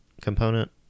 component